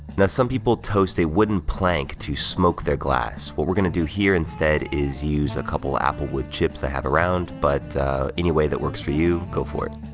now, some people toast a wooden plank to smoke their glass. what we're gonna do here instead is use a couple apple wood chips i have around, but any way that works for you, go for it.